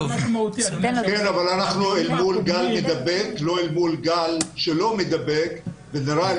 אבל אנחנו אל מול גל מדבק ולא אל מול גל שלא מדבק ונראה שאל